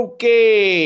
Okay